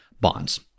bonds